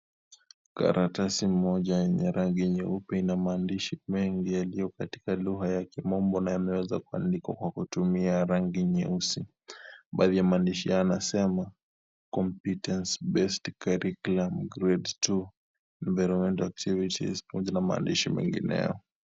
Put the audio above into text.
Kalatasi moja yenye rangi nyeupe, na mandishi mengi yaliyokuwa katika lugha ya kimombo na yanaweza kuandikwa kutumia kwa rangi nyeusi. Baadhi ya mandishi haya yanasema , competence based curriculum , grade 2.Environmental activities .na mandishi mengineo.